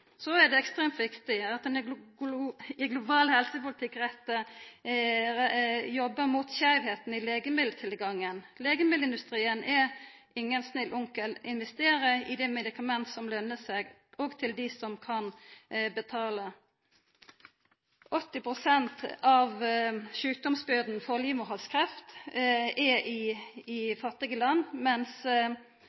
er også ekstremt viktig at ein i global helsepolitikk jobbar mot skeivskapen i legemiddeltilgangen. Legemiddelindustrien er ingen snill onkel, og investerer i dei medikamenta som løner seg, til dei som kan betala. 80 pst. av sjukdomsbyrda når det gjeld livmorhalskreft, finn vi i fattige land,